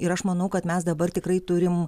ir aš manau kad mes dabar tikrai turim